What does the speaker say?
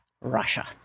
Russia